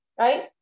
right